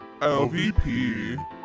lvp